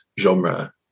genre